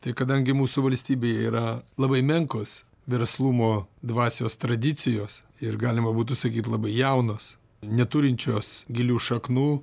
tai kadangi mūsų valstybė yra labai menkos verslumo dvasios tradicijos ir galima būtų sakyt labai jaunos neturinčios gilių šaknų